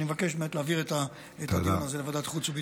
אני מבקש להעביר את הדיון זה לוועדת חוץ וביטחון.